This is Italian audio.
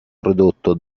prodotto